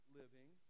living